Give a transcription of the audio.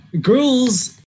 girls